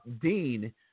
Dean